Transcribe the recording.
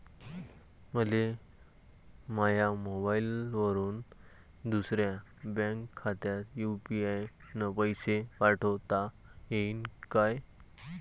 मले माह्या मोबाईलवरून दुसऱ्या बँक खात्यात यू.पी.आय न पैसे पाठोता येईन काय?